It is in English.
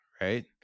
right